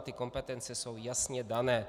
Ty kompetence jsou jasně dané.